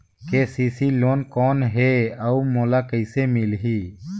KCC loan कौन हे अउ मोला कइसे मिलही?